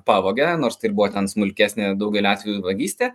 pavogia nors tai būtent smulkesnė daugeliu atvejų vagystė